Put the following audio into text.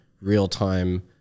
real-time